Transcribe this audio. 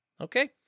Okay